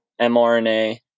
mRNA